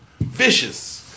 Vicious